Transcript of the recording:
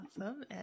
awesome